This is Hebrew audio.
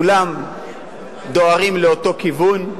כולם דוהרים לאותו כיוון.